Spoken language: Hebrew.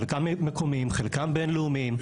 חלקם מקומיים חלקם בין-לאומיים.